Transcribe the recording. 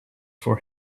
for